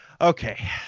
Okay